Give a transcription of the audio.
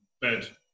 bed